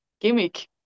gimmick